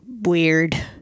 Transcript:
weird